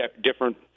different